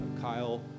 Kyle